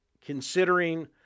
considering